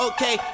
Okay